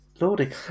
Lordy